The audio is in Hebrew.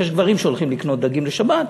יש גברים שהולכים לקנות דגים לשבת,